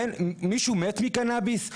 מישהו מת מקנביס?